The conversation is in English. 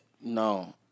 No